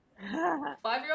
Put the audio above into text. five-year-old